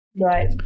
Right